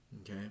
okay